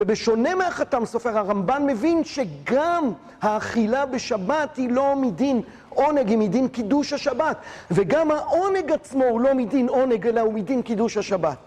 ובשונה מהחתם סופר הרמב'ן מבין שגם האכילה בשבת היא לא מדין עונג, היא מדין קידוש השבת. וגם העונג עצמו הוא לא מדין עונג, אלא הוא מדין קידוש השבת.